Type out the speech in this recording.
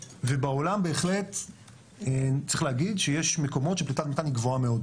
ובעולם בהחלט צריך להגיד שיש מקומות שפליטת המתאן היא גבוהה מאוד